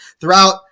throughout